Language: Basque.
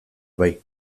bai